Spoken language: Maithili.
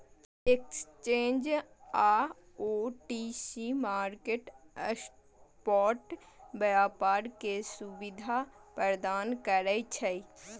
एक्सचेंज आ ओ.टी.सी मार्केट स्पॉट व्यापार के सुविधा प्रदान करै छै